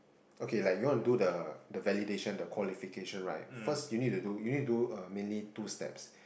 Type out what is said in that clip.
okay like you want to do the the validation the qualification right first you need to do you need to do two steps